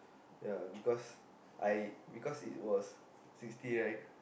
ya because I because it was sixty right